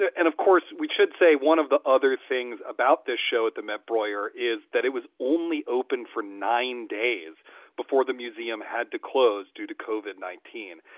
and of course, we should say, one of the other things about this show at the met broyer is that it was only open for nine days before the museum had to close due to cauvin nineteen.